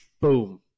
boom